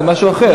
זה משהו אחר.